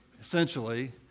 essentially